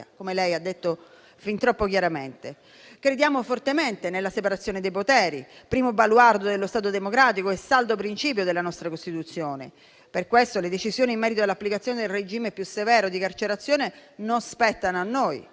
come lei ha detto fin troppo chiaramente. Crediamo fortemente nella separazione dei poteri, primo baluardo dello Stato democratico e saldo principio della nostra Costituzione. Per questo le decisioni in merito all'applicazione del regime più severo di carcerazione non spettano a noi.